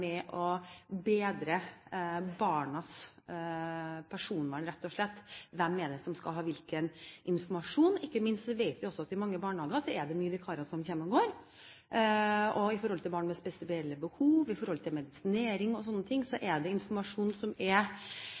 med på å bedre barnas personvern. Hvem er det som skal ha hvilken informasjon? Ikke minst vet vi at i flere barnehager er det mange vikarer som kommer og går. Med hensyn til barn med spesielle behov, medisinering og slike ting er det informasjon som det er